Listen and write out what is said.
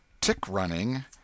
Tick-Running